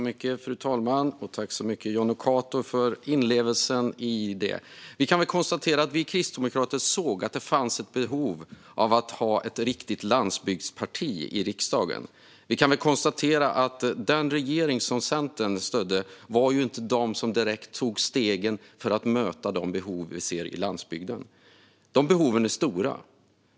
Fru talman! Jag tackar Jonny Cato så mycket för inlevelsen. Vi kristdemokrater såg att det fanns ett behov av att ha ett riktigt landsbygdsparti i riksdagen. Vi kan väl konstatera att den regering som Centern stödde inte direkt tog steg för att möta de behov vi ser på landsbygden. De behoven är stora.